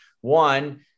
One